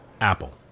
Apple